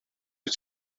wyt